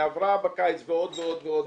דמי הבראה בקיץ ועוד ועוד.